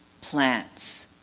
plants